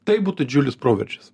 tai būtų džiulis proveržis